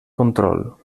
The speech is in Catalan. control